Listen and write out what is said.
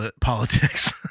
politics